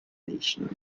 nation